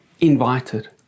invited